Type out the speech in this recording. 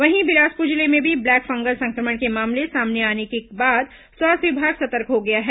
वहीं बिलासपुर जिले में भी ब्लैक फंगस संक्रमण के मामले सामने आने के बाद स्वास्थ्य विभाग सतर्क हो गया है